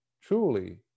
truly